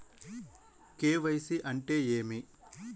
KYC అంటే ఏమి?